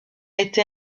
été